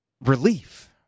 relief